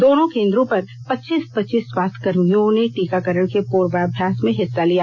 दोनों केंद्रों पर पच्चीस पच्चीस स्वाथ्य कर्मियों ने टीकाकरण के पुर्वाभ्यास में हिस्सा लिया